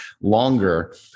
longer